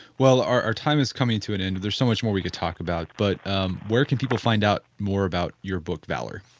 well our our time is coming to an end. there is so much more we could talk about, but where can people find out more about your book valor?